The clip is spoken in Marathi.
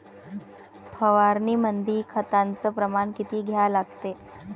फवारनीमंदी खताचं प्रमान किती घ्या लागते?